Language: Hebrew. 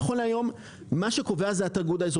נכון להיום מה שקובע זה התיאגוד האזורי,